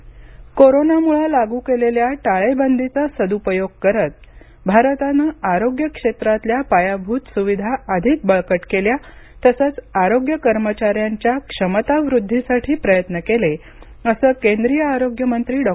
हर्ष वर्धन कोरोनामुळे लागू केलेल्या टाळेबंदीचा सद्पयोग करत भारतानं आरोग्य क्षेत्रातल्या पायाभूत सुविधा अधिक बळकट केल्या तसंच आरोग्य कर्मचाऱ्यांच्या क्षमता वृद्वीसाठी प्रयत्न केले असं केंद्रीय आरोग्य मंत्री डॉ